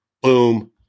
boom